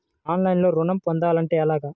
ఆన్లైన్లో ఋణం పొందాలంటే ఎలాగా?